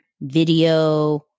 video